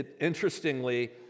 Interestingly